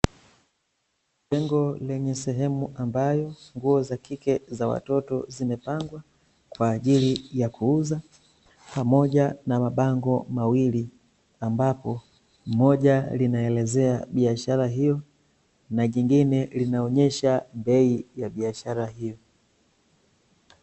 Jengo lenye sehemu ambayo, nguo za kike za watoto zimepangwa, kwaajili ya kuuza, pamoja na mabango mawili ambapo, moja linaelezea biashara hio, na jingine linaonyesha bei ya biashara hio.